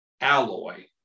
alloy